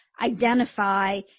identify